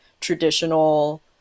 traditional